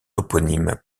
toponymes